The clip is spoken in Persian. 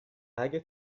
اگه